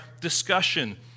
discussion